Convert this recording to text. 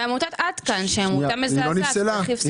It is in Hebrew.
ועמותת "עד כאן", שהיא עמותה מזעזעת שצריך לפסול.